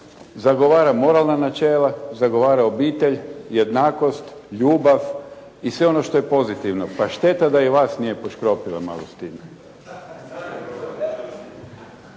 zagovara moralna načela, zagovara obitelj, jednakost, ljubav i sve ono što je pozitivno, pa šteta da i vas nije poškropila malo